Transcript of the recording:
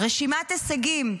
רשימת הישגים: